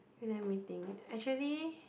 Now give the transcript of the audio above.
you like meeting actually